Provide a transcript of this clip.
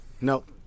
Nope